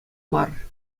мар